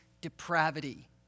depravity